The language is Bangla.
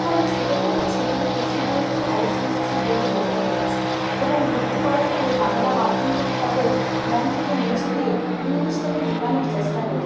কারণ ছোট থেকেই ছেলেটিকে সিবিএসসি আইসিএসই বোর্ডে ভর্তি করছি এবং ভর্তি করার ফলে বাংলা মাধ্যমটাকে তাদের মন থেকে মুছে দিয়ে ইংলিশটাকে ঢোকানোর চেষ্টা করছি